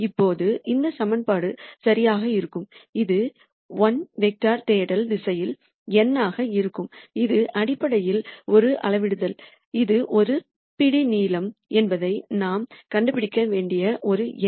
இப்போது இந்த சமன்பாடு சரியாக இருக்க இது 1 வெக்டார் தேடல் திசையில் n ஆக இருக்கும் இது அடிப்படையில் ஒரு அளவிடுதல் இது ஒரு ஸ்டெப் லெங்த் என்பதை நாம் கண்டுபிடிக்க வேண்டிய ஒரு எண்